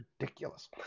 ridiculous